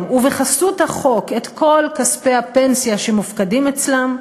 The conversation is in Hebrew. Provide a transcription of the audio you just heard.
ובחסות החוק את כל כספי הפנסיה שמופקדים אצלם,